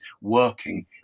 working